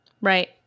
Right